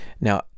Now